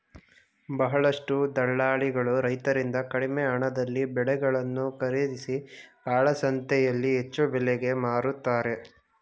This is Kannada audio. ಬಹಳಷ್ಟು ದಲ್ಲಾಳಿಗಳು ರೈತರಿಂದ ಕಡಿಮೆ ಹಣದಲ್ಲಿ ಬೆಳೆಗಳನ್ನು ಖರೀದಿಸಿ ಕಾಳಸಂತೆಯಲ್ಲಿ ಹೆಚ್ಚು ಬೆಲೆಗೆ ಮಾರುತ್ತಾರೆ